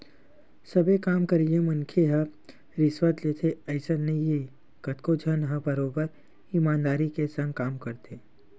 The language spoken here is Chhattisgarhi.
सबे काम करइया मनखे ह रिस्वत लेथे अइसन नइ हे कतको झन मन ह बरोबर ईमानदारी के संग काम करथे